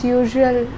usual